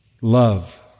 love